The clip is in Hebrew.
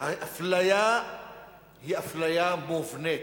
האפליה היא אפליה מובנית,